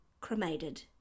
cremated